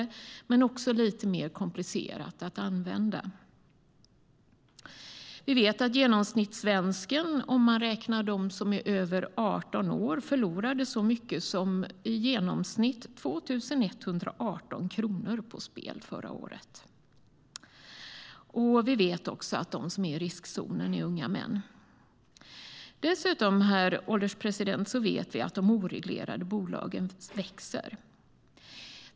Men det är också lite mer komplicerat att använda. Dessutom, herr ålderspresident, vet vi att de oreglerade bolagen växer.